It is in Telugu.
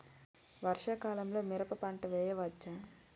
వర్షాకాలంలో మిరప పంట వేయవచ్చా?